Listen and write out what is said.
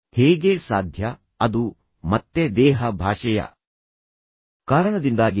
ಹೇಗೆ ಸಾಧ್ಯ ಅದು ಮತ್ತೆ ದೇಹ ಭಾಷೆಯ ಕಾರಣದಿಂದಾಗಿದೆ